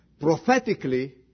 prophetically